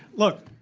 look.